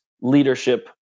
leadership